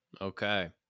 Okay